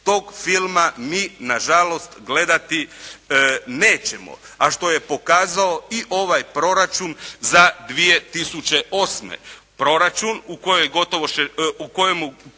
Tog filma mi nažalost gledati nećemo. A što je pokazao i ovaj Proračun za 2008.